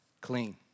clean